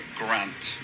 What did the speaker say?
grant